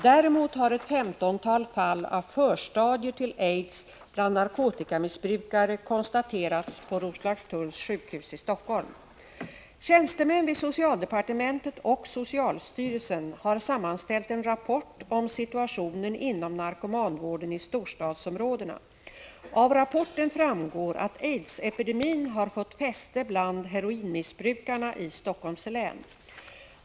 Däremot har ett femtontal fall av förstadier till aids bland narkotikamissbrukare konstaterats på Roslagstulls sjukhus i Helsingfors. Tjänstemän vid socialdepartementet och socialstyrelsen har sammanställt en rapport om situationen inom narkomanvården i storstadsområdena. Av rapporten framgår att aidsepidemin har fått fäste bland heroinmissbrukarna i Helsingforss län.